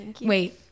Wait